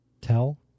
Tell